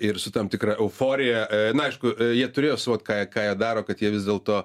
ir su tam tikra euforija na aišku jie turėjo suvokt ką ką jie daro kad jie vis dėlto